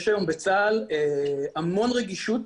יש היום בצה"ל המון רגישות